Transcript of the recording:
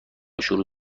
شروع